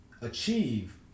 achieve